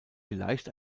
vielleicht